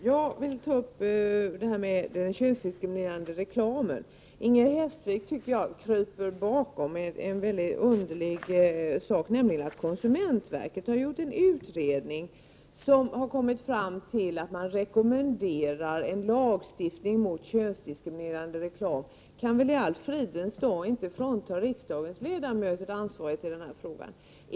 Herr talman! Jag skall beröra frågan om könsdiskriminerande reklam. Inger Hestvik kryper bakom frågan på ett underligt sätt, nämligen när hon säger att konsumentverket har gjort en utredning som har kommit fram till att rekommendera en lagstiftning mot könsdiskriminerande reklam. Man kan väl i fridens dagar inte ta ifrån riksdagsledamöterna deras ansvar i denna fråga.